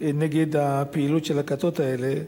נגד פעילות הכתות האלה,